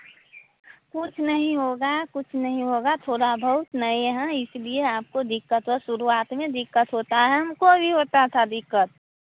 कुछ नहीं होगा कुछ नहीं होगा थोड़ा बहुत नए हैं इसलिए आपको दिक्कत शुरुआत में दिक्कत होता है हमको भी होता था दिक्कत